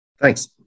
Thanks